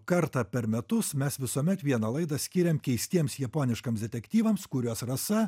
kartą per metus mes visuomet vieną laidą skiriam keistiems japoniškams detektyvams kuriuos rasa